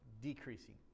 Decreasing